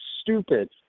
stupid